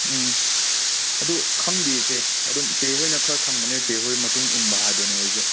ꯎꯝ ꯑꯗꯣ ꯈꯪꯗꯤꯌꯦ ꯆꯦ ꯑꯗꯨꯝ ꯆꯦꯍꯣꯏꯅ ꯈꯔ ꯈꯪꯕꯅꯤꯅ ꯆꯦꯍꯣꯏ ꯃꯇꯨꯡ ꯏꯟꯕ ꯍꯥꯏꯗꯨꯅꯦ ꯑꯩꯁꯨ